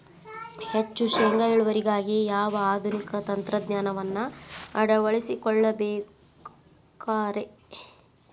ಹೆಚ್ಚು ಶೇಂಗಾ ಇಳುವರಿಗಾಗಿ ಯಾವ ಆಧುನಿಕ ತಂತ್ರಜ್ಞಾನವನ್ನ ಅಳವಡಿಸಿಕೊಳ್ಳಬೇಕರೇ?